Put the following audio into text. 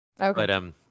Okay